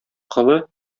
колы